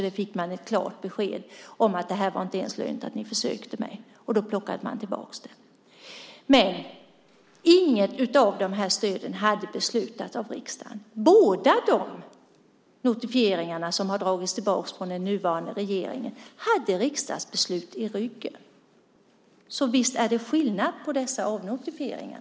Man fick ett klart besked om att det inte ens var lönt att försöka med. Då plockade man tillbaka det. Men inget av stöden hade beslutats om av riksdagen. Båda notifieringarna som har dragits tillbaka från den nuvarande regeringen hade riksdagsbeslut i ryggen. Så visst är det skillnad på dessa avnotifieringar.